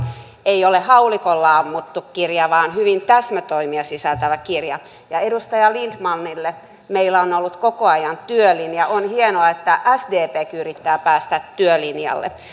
ei ole haulikolla ammuttu kirja vaan hyvin täsmätoimia sisältävä kirja edustaja lindtmanille meillä on ollut koko ajan työlinja on hienoa että sdpkin yrittää päästä työlinjalle